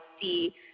see